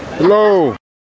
Hello